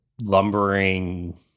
lumbering